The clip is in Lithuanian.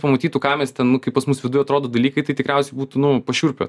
pamatytų ką mes ten nu kaip pas mus viduj atrodo dalykai tai tikriausiai būtų nu pašiurpę